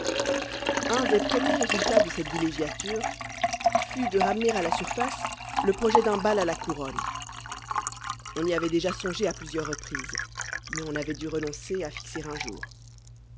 un des premiers résultats de cette villégiature fut de ramener à la surface le projet d'un bal à la couronne on y avait déjà songé à plusieurs reprises mais on avait dû renoncer à fixer un jour